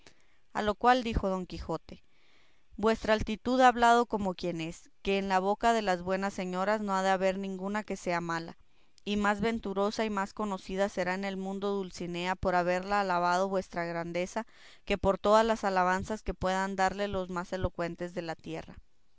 a lo cual dijo don quijote vuestra altitud ha hablado como quien es que en la boca de las buenas señoras no ha de haber ninguna que sea mala y más venturosa y más conocida será en el mundo dulcinea por haberla alabado vuestra grandeza que por todas las alabanzas que puedan darle los más elocuentes de la tierra